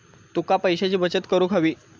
तुका पैशाची बचत करूक हवी